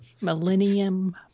Millennium